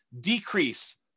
decrease